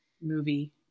movie